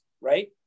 right